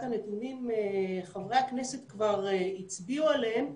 הנתונים חברי הכנסת כבר הצביעו עליהם,